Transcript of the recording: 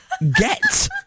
Get